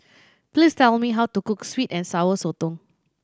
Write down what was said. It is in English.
please tell me how to cook sweet and Sour Sotong